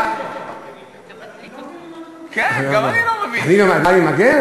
על מה אתה מדבר?